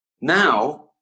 Now